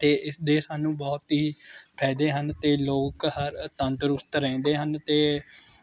ਅਤੇ ਇਸ ਦੇ ਸਾਨੂੰ ਬਹੁਤ ਹੀ ਫ਼ਾਇਦੇ ਹਨ ਅਤੇ ਲੋਕ ਹਰ ਤੰਦਰੁਸਤ ਰਹਿੰਦੇ ਹਨ ਅਤੇ